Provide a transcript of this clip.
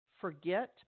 forget